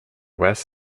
west